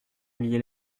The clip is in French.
oublié